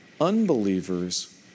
unbelievers